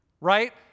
Right